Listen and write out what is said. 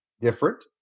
different